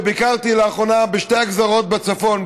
וביקרתי לאחרונה בשתי הגזרות בצפון,